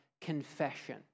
confession